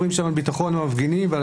אני מתכבד לפתוח את ישיבת ועדת החוקה,